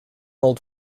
old